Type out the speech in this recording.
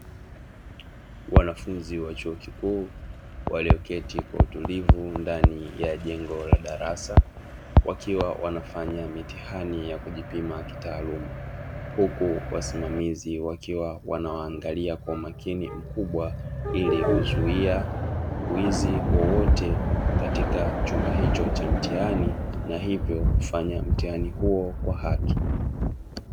Wanafunzi wa chuo kikuu walioketi kwa utulivu ndani ya jengo la darasa, wakiwa wanafanya mitihani ya kujipima kitaalamu. Huku wasimamizi wakiwa wanawaangalia kwa umakini mkubwa ili kuzuia wizi wowote katika chumba hicho cha mtihani na hivyo kufanya mtihani huo kwa haki.